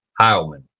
Heilman